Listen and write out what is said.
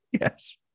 Yes